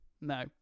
No